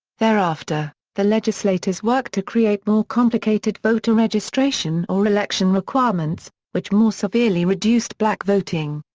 thereafter, the legislators worked to create more complicated voter registration or election requirements, which more severely reduced black voting.